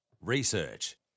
Research